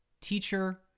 teacher